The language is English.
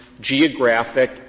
geographic